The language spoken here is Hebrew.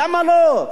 למה לא?